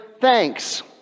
thanks